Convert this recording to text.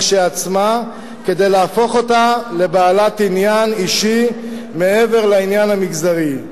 כשלעצמה כדי להפוך אותה לבעלת עניין אישי מעבר לעניין המגזרי.